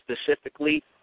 specifically